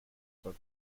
for